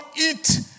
eat